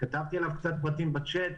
כתבתי עליו קצת פרטים בצ'אט,